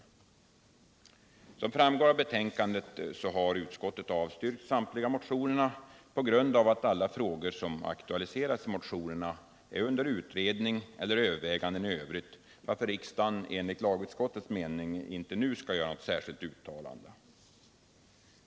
Som framgår av betänkandet har utskottet avstyrkt samtliga motioner på grund av att alla de frågor som aktualiseras i motionerna är under utredning eller övervägande i övrigt. Riksdagen bör därför enligt lagutskottets mening inte nu göra något särskilt uttalande.